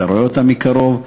אתה רואה אותם מקרוב,